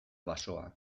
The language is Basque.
basoa